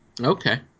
Okay